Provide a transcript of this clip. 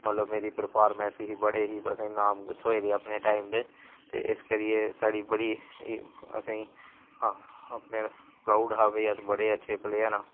मतलब मेरी परफारमेंस ही बड़े ही असेंगी नाम थ्होए दे अपने टाईम दे ते इस करियै साढ़ी असेंगी फिर प्राउड हा अस बड़े अच्छे प्लेयर आं